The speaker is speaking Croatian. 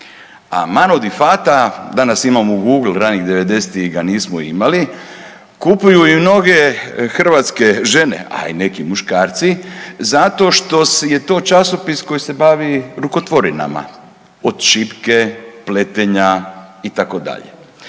a Mano di Fata, danas imamo Google, ranih '90.-tih ga nismo imali, kupuju i mnoge hrvatske žene, a i neki muškarci zato što je to časopis koji se bavi rukotvorinama, od šipke, pletenja, itd..